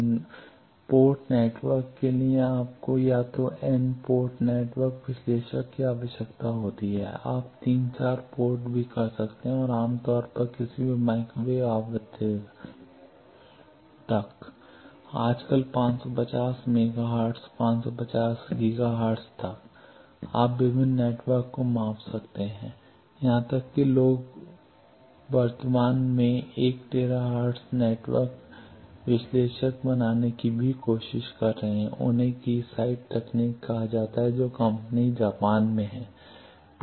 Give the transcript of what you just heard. N port network के लिए आपको या तो एन पोर्ट नेटवर्क विश्लेषक की आवश्यकता होती है आप 3 4 पोर्ट भी कर सकते हैं और आम तौर पर किसी भी माइक्रोवेव आवृत्ति तक आजकल 550 मेगा हर्ट्ज 550 गीगा हर्ट्ज तक आप विभिन्न नेटवर्क को माप सकते हैं यहां तक कि लोग भी में वर्तमान में 1 टेरा हर्ट्ज नेटवर्क विश्लेषक बनाने की कोशिश कर रहे हैं उन्हें कीससाइट तकनीक कहा जाता है जो कंपनी जापान में है